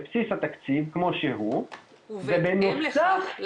בבסיס התקציב כמות שהוא -- ובהתאם לכך,